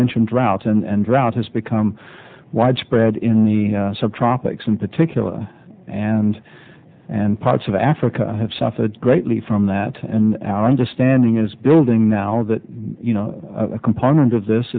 mentioned drought and drought has become widespread in the subtropics in particular and and parts of africa have suffered greatly from that and our understanding is building now that you know a component of this